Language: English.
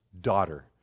daughter